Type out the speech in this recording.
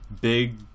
big